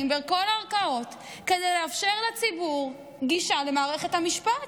בכל הערכאות כדי לאפשר לציבור גישה למערכת המשפט.